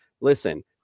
Listen